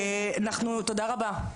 תודה רבה.